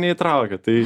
neįtraukia tai